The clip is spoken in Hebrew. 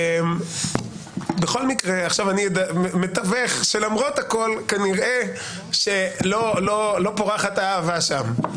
עכשיו אני מתווך שלמרות הכול כנראה שלא פורחת האהבה שם.